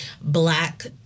black